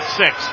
six